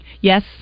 yes